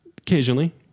Occasionally